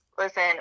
Listen